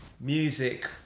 Music